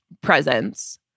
presence